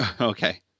Okay